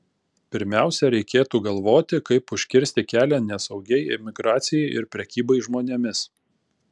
pirmiausia reikėtų galvoti kaip užkirsti kelią nesaugiai emigracijai ir prekybai žmonėmis